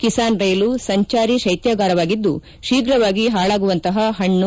Kisan rail ಸಂಚಾರಿ ಶೈತ್ಯಾಗಾರವಾಗಿದ್ದು ಶೀಘವಾಗಿ ಹಾಳಾಗುವಂತಹ ಪಣ್ಣು